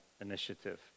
initiative